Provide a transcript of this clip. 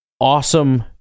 awesome